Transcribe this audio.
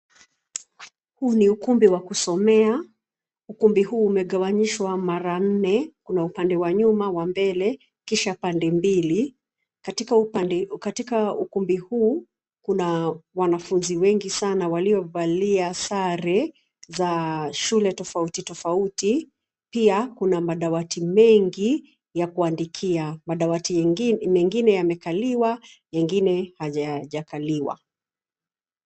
Huu ni ukumbi wa kusomea, ukumbi huu umegawanishwa mara nne, kuna upande wa nyuma, wa mbele kisha pande mbili, katika upande, katika ukumbi huu kuna wanafunzi wengi sana waliovalia sare za shule tofauti tofauti pia kuna madawati mengi ya kuandikia. madawati yengine, mengine yamekaliwa ingine hayajakaliwa.